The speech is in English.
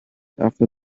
after